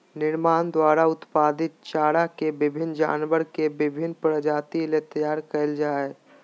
निर्माण द्वारा उत्पादित चारा के विभिन्न जानवर के विभिन्न प्रजाति ले तैयार कइल जा हइ